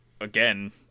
again